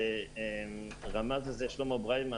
כפי שרמז שלמה ברימן,